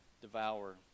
devour